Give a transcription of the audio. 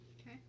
Okay